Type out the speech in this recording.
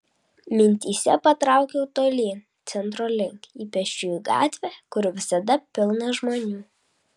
mintyse patraukiau tolyn centro link į pėsčiųjų gatvę kur visada pilna žmonių